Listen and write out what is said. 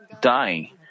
dying